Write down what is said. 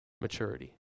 maturity